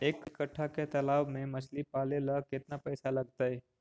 एक कट्ठा के तालाब में मछली पाले ल केतना पैसा लगतै?